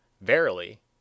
Verily